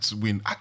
win